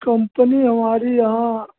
company हमारी यहाँ